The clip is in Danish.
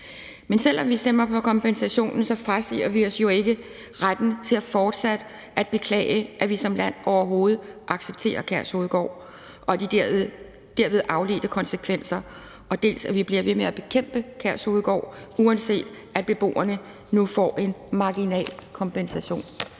Men selv om vi stemmer for kompensationen, frasiger vi os jo ikke retten til fortsat at beklage, at vi som land overhovedet accepterer Kærshovedgård og de derved afledte konsekvenser, og vi bliver ved med at bekæmpe Kærshovedgård, uanset at beboerne nu får en marginal kompensation.